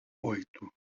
oito